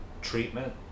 treatment